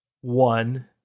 one